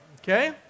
okay